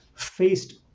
faced